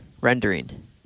rendering